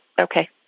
Okay